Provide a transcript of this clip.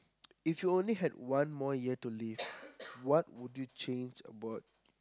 if you only had one more year to live what would you change about